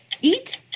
eat